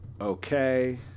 Okay